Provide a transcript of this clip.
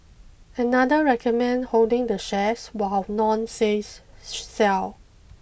another recommend holding the shares while none says sell